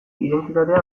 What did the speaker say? identitatea